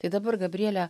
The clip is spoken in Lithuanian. tai dabar gabriele